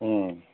ꯎꯝ